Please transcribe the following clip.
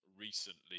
recently